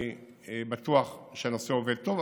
אני בטוח שהנושא עובד טוב,